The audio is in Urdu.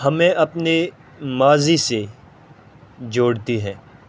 ہمیں اپنے ماضی سے جوڑتی ہے